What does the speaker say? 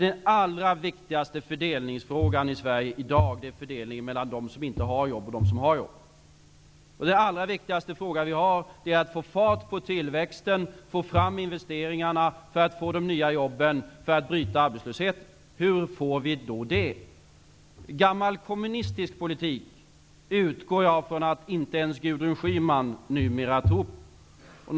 Den allra viktigaste fördelningsfrågan i Sverige i dag är fördelningen mellan dem som inte har jobb och dem som har jobb. Den allra viktigaste fråga vi har är att få fart på tillväxten, få fram investeringarna, för att få de nya jobben, för att bryta arbetslösheten. Hur får vi då det? Gammal kommunistisk politik utgår jag från att inte ens Gudrun Schyman nu tror på.